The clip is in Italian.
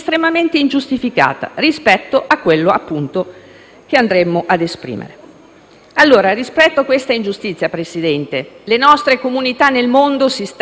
Rispetto a questa ingiustizia, Presidente, le nostre comunità nel mondo si stanno mobilitando e sono estremamente preoccupate, perché questo non è